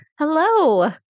Hello